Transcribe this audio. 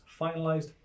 finalised